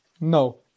No